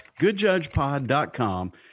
goodjudgepod.com